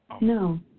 No